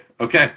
okay